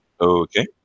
Okay